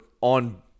on